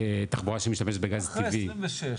תחבורה שמשתמשת בגז טבעי.